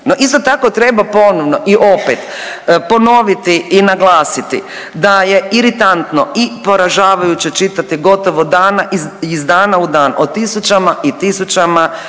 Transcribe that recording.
isto tako treba ponovno i opet ponoviti i naglasiti da je iritantno i poražavajuće čitati iz dana u dan o tisućama i stotinama